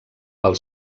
pel